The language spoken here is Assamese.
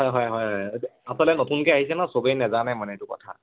হয় হয় হয় আচলতে নতুনকৈ আহিছে ন চবেই নেজানে মানে এইটো কথা